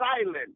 silent